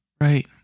Right